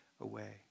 away